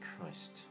Christ